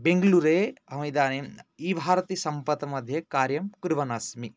बेङ्ग्लूरे अहमिदानीम् ई भारति सम्पत् मध्ये कार्यं कुर्वन् अस्मि